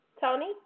tony